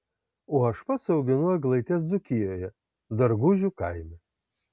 o aš pats auginu eglaites dzūkijoje dargužių kaime